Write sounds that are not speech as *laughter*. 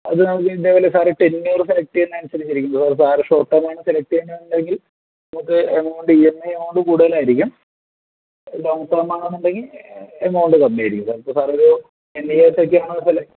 അത് നമുക്ക് ഇതേപോലെ സാറ് ടെൻന്നൂർ സെലക്ട് ചെയ്യുന്ന അനുസരിച്ചിരിക്കും *unintelligible* സാറ് ഷോർട്ട് ടേമാണ് സെലക്ട് ചെയ്യുന്നതെങ്കിൽ നമുക്ക് എമൗണ്ട് ഇ എം ഐയോടു കൂടുതലായിരിക്കും ലോങ്ങ് ടേം ആണെന്നുണ്ടെങ്കിൽ എമൗണ്ട് കമ്മിയായിരിക്കും സർ ഇപ്പോൾ സാറൊരു ടെൻ ഇയേർസൊക്കെയാണ്